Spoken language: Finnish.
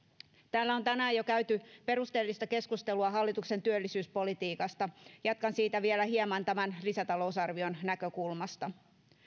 täällä on tänään jo käyty perusteellista keskustelua hallituksen työllisyyspolitiikasta jatkan siitä vielä hieman tämän lisätalousarvion näkökulmasta